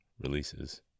releases